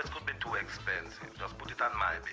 be too expensive. just put it on my